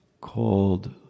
called